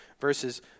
Verses